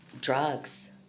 drugs